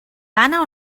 gana